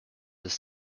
his